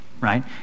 right